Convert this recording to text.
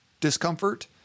discomfort